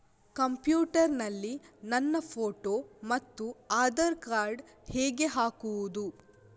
Computer ನಲ್ಲಿ ನನ್ನ photo ಮತ್ತು ಆಧಾರ್ ಕಾರ್ಡ್ ಹೇಗೆ ಹಾಕುವುದು?